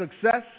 success